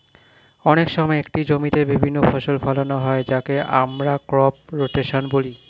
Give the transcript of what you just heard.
অনেক সময় একটি জমিতে বিভিন্ন ফসল ফোলানো হয় যাকে আমরা ক্রপ রোটেশন বলি